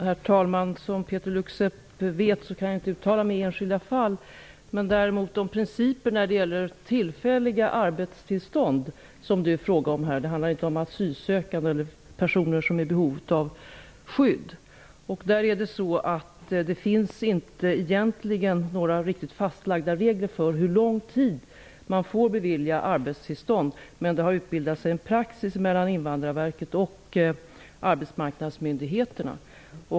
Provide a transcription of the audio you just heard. Herr talman! Som Peeter Luksep vet kan jag inte uttala mig i enskilda fall. Däremot kan jag uttala mig om principerna när det gäller tillfälliga arbetstillstånd, som det är fråga om här -- det handlar ju inte om asylsökande eller om personer som är i behov av skydd. Det finns egentligen inte några riktigt fastlagda regler för hur lång tid man får bevilja arbetstillstånd. Men det har utbildats en praxis mellan Invandrarverket och arbetsmarknadsmyndigheterna.